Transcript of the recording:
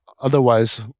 otherwise